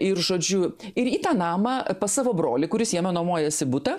ir žodžiu ir į tą namą pas savo brolį kuris jame nuomojasi butą